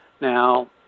Now